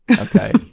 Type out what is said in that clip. okay